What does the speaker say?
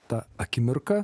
ta akimirka